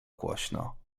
głośno